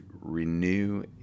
renew